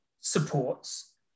supports